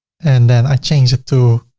and then i changed it to.